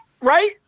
Right